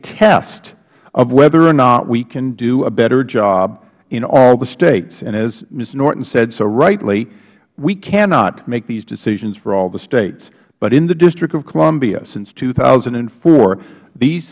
test of whether or not we can do a better job in all the states and as ms norton said so rightly we cannot make these decisions for all the states but in the district of columbia since two thousand and four these